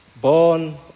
born